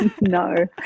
no